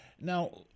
now